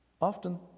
often